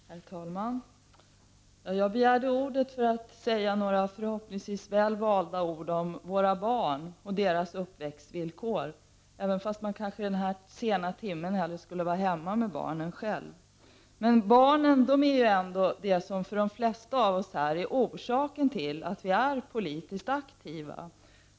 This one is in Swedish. Herr talman! Jag begärde ordet för att säga några förhoppningsvis väl valda ord om våra barn och deras uppväxtvillkor — även om jag i denna sena timme hellre skulle vilja vara hemma med barnen. Det är ändå barnen som är orsaken till att de flesta av oss är politiskt aktiva.